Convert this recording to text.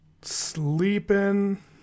sleeping